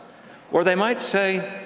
or they might say,